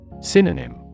Synonym